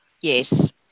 Yes